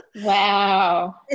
Wow